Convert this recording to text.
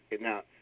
Now